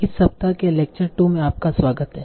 इस सप्ताह के लेक्चर 2 में आपका स्वागत है